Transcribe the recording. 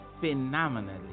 Phenomenally